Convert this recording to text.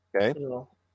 Okay